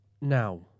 Now